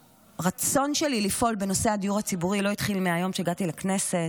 הרצון שלי לפעול בנושא הדיור הציבורי לא התחיל מהיום שהגעתי לכנסת,